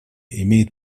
имеет